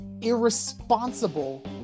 irresponsible